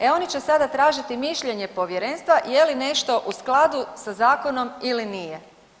E oni će sada tražiti mišljenje povjerenstva je li nešto u skladu sa zakonom ili nije.